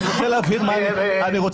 אני רוצה להבהיר מה אני מבקש.